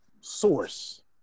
source